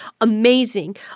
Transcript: amazing